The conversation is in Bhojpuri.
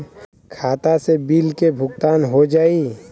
खाता से बिल के भुगतान हो जाई?